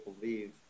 believe